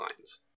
lines